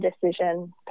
decision